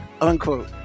Unquote